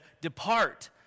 Depart